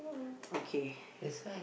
okay